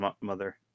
mother